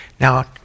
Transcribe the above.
Now